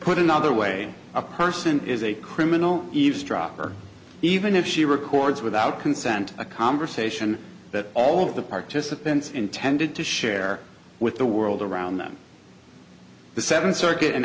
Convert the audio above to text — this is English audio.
put another way a person is a criminal eavesdrop or even if she records without consent a conversation that all of the participants intended to share with the world around them the seventh circuit and